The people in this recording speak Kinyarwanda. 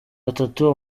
batatu